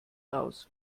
aus